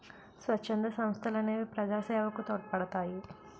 స్వచ్ఛంద సంస్థలనేవి ప్రజాసేవకు తోడ్పడతాయి